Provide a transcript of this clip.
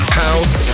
house